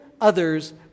others